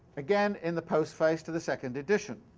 again in the postface to the second edition.